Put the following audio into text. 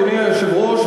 אדוני היושב-ראש,